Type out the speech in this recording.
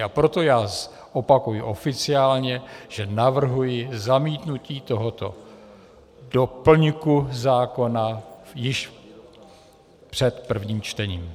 A proto já opakuji oficiálně, že navrhuji zamítnutí tohoto doplňku zákona již před prvním čtením.